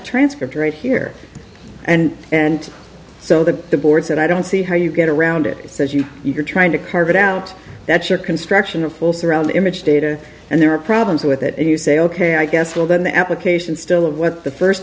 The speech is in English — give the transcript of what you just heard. transcript right here and and so the boards and i don't see how you get around it says you you're trying to carve it out that's your construction of full surround image data and there are problems with it and you say ok i guess we'll then the application still of what the first